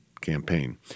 campaign